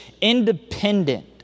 independent